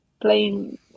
playing